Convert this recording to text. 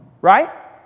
right